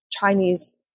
Chinese